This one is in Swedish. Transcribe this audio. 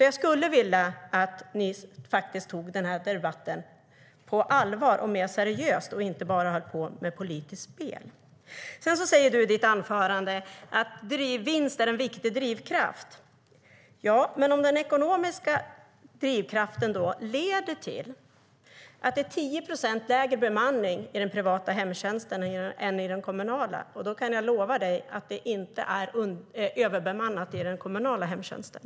Jag skulle därför vilja att ni tar denna debatt på allvar och mer seriöst och inte bara håller på med politiskt spel. I ditt anförande säger du, Jonas Jacobsson Gjörtler, att vinst är en viktig drivkraft. Ja, men den ekonomiska drivkraften leder till att det är 10 procent lägre bemanning i den privata hemtjänsten än i den kommunala - och jag kan lova dig att det inte är överbemannat i den kommunala hemtjänsten.